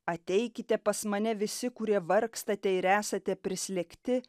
ateikite pas mane visi kurie vargstate ir esate prislėgti